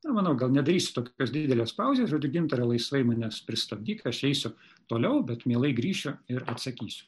na manau gal nedarysiu tokios didelės pauzės žodžiu gintare laisvai manęs pristabdyk aš eisiu toliau bet mielai grįšiu ir atsakysiu